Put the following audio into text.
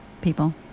people